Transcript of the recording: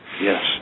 Yes